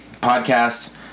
Podcast